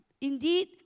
Indeed